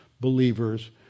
believers